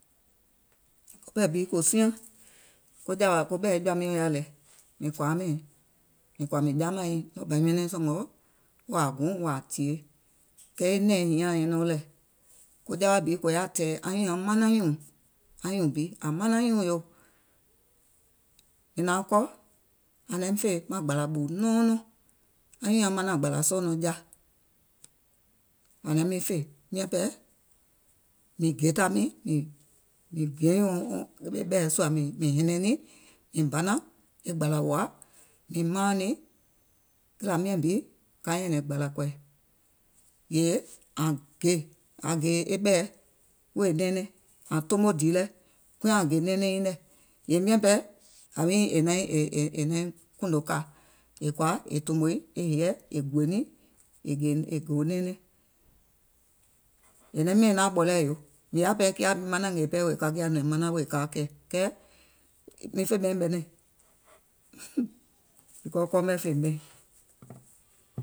Koɓɛ̀ bi kò siaŋ, ko jàwà, ɓɛ̀i jɔ̀à miɔ̀ŋ yaà lɛ, mìŋ kɔ̀àa mɛ̀iŋ, mìŋ kɔ̀à mìŋ jaamàŋ nyìŋ, ɗɔɔ bà mìŋ kɔ̀à mìŋ nyɛnɛɔŋ wàà guùŋ wàà tìyèe. Kɛɛ e nɛ̀ɛŋ nyiŋ àŋ nyɛnɛɔŋ lɛ̀, ko jawa bi kò yaȧ tɛ̀ɛ̀ anyùùŋ nyaŋ manaŋ nyùùŋ, anyùùŋ bi, àŋ manaŋ nyùùŋ yò. Mìŋ naaŋ kɔ̀, àŋ naim fè maŋ gbàlà ɓù nɔɔnɔŋ. Anyùùŋ nyaŋ manàŋ gbàlà sɔɔ̀ nɔŋ ja. Mìŋ geetà niìŋ, mìŋ banàŋ e gbàlà wòa mìŋ maàŋ niŋ, kìlà miàŋ bi ka nyɛ̀nɛ̀ŋ gbàlà kɔ̀ì, àŋ gè, àŋ gè e ɓɛ̀ɛ wèè nɛeŋɛŋ, àŋ tomo dìì lɛ, kuŋ àŋ gè nɛɛnɛŋ nyiŋ nɛ̀, yèè miàŋ ɓɛɛ, è naiŋ è naiŋ kùùnò kàa, è kɔ̀à è tòmòìŋ e heyɛɛ̀ è gùò niìŋ è gèìŋ è gòo nɛɛnɛŋ, è naim mɛ̀iŋ naàŋ ɓɔlɛ̀ɛ̀yò, mìŋ yaà ɓɛɛ kià miŋ manȧŋ wèè ka kià nɔ̀ŋ mìŋ manaŋ wèè kaa kɛɛ̀, kɛɛ mìŋ fè ɓɛìŋ becauae e kɔɔ mɛ̀ fèìm ɓɛìŋ.